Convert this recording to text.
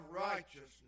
righteousness